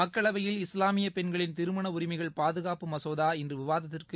மக்களவையில் இஸ்லாமிய பெண்களின் திருமண உரிமைகள் பாதுகாப்பு மசோதா இன்று விவாதத்திற்கு